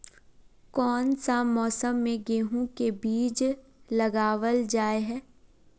कोन सा मौसम में गेंहू के बीज लगावल जाय है